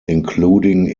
including